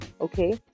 okay